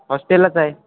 हॉस्टेललाच आहे